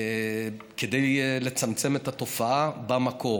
כדי לצמצם את התופעה במקור.